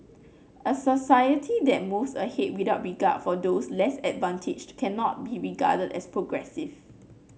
a society that moves ahead without regard for those less advantaged cannot be regarded as progressive